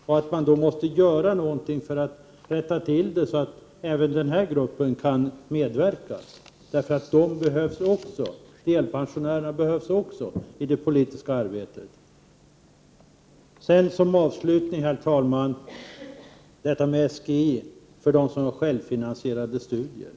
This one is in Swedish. Man måste därför göra någonting för att även delpensionärer skall kunna medverka i det politiska arbetet. De behövs också i det politiska livet. Avslutningsvis vill jag ta upp frågan om SGI för dem som har självfinansierade studier.